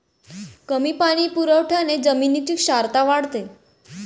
कमी पाणी पुरवठ्याने जमिनीची क्षारता वाढते